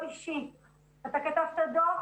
אתה כתבת דוח